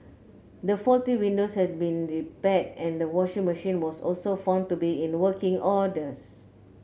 the faulty windows had been repaired and the washing machine was also found to be in working orders